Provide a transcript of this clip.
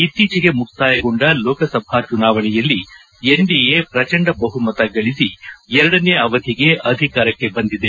ಇತ್ತೀಚಿಗೆ ಮುಕ್ತಾಯಗೊಂಡ ಲೋಕಸಭಾ ಚುನಾವಣೆಯಲ್ಲಿ ಎನ್ಡಿಎ ಪ್ರಚಂಡ ಬಹುಮತಗಳಿಸಿ ಎರಡನೇ ಅವಧಿಗೆ ಅಧಿಕಾರಕ್ಕೆ ಬಂದಿದೆ